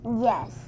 Yes